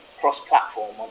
cross-platform